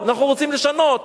אנחנו רוצים לשנות,